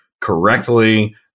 correctly